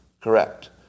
Correct